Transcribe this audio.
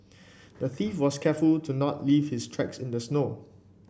the thief was careful to not leave his tracks in the snow